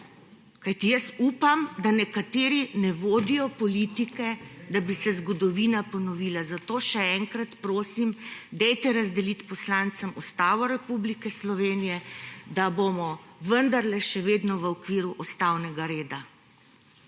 Kajti jaz upam, da nekateri ne vodijo politike, da bi se zgodovina ponovila, zato še enkrat prosim, dajte razdeliti poslancem Ustavo Republike Slovenije, da bomo vendarle še vedno v okviru ustavnega reda.